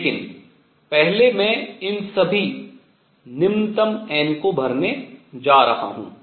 लेकिन पहले मैं इन सभी निम्नतम n को भरने जा रहा हूँ